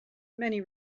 many